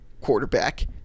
quarterback